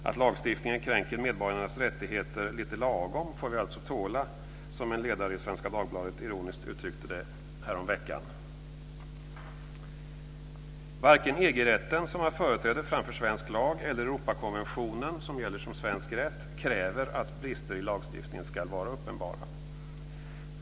Att lagstiftning kränker medborgarnas rättigheter lite lagom får vi alltså tåla, som en ledare i Svenska Dagbladet ironiskt uttryckte det i förra veckan. Varken EG-rätten, som har företräde framför svensk lag, eller Europakonventionen, som gäller som svensk rätt, kräver att brister i lagstiftningen ska vara uppenbara.